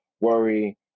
worry